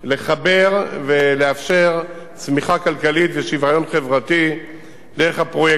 לחבר ולאפשר צמיחה כלכלית ושוויון חברתי דרך הפרויקטים.